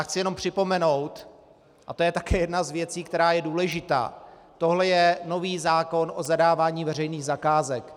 Chci jenom připomenout, a to je také jedna z věcí, která je důležitá: Tohle je nový zákon o zadávání veřejných zakázek.